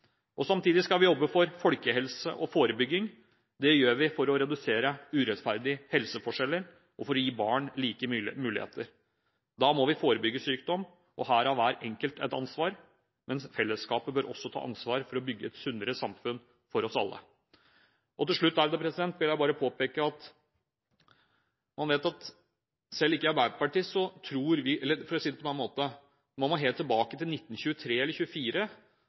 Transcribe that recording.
Samtidig skal vi jobbe for folkehelse og forebygging. Det gjør vi for å redusere urettferdige helseforskjeller, og for å gi barn like muligheter. Da må vi forebygge sykdom. Her har hver enkelt et ansvar, men fellesskapet bør også ta ansvar for å bygge et sunnere samfunn for oss alle. Til slutt vil jeg bare påpeke at selv ikke vi i Arbeiderpartiet tror – eller for å si det på en annen måte: Man må helt tilbake til 1923 eller